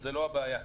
לא זאת הבעיה.